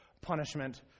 punishment